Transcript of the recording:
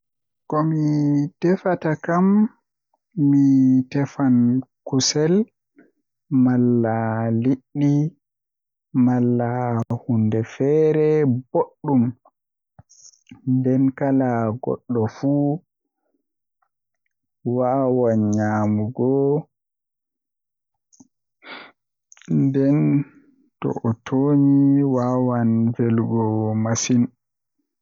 komi defata kam mi tefan kusel malla Liɗɗi malla huunde feere belɗum nden kala goɗɗo fuu wawan nyamugo nden to onyami wawan vela mo